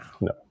No